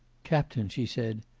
captain, she said,